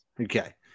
Okay